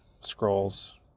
Scrolls